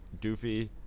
doofy